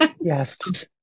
Yes